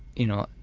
you know,